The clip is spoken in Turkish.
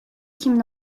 kimin